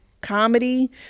comedy